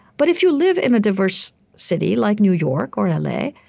but if you live in a diverse city like new york or l a.